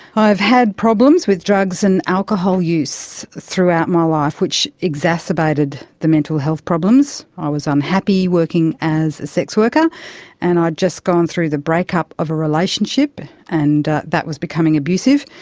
i've had problems with drugs and alcohol use throughout my life, which exacerbated the mental health problems. i was unhappy working as a sex worker and i'd just gone through the breakup of a relationship, and that was becoming abusive.